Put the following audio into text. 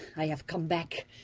i have come back,